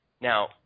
Now